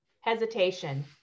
hesitation